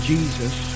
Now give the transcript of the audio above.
Jesus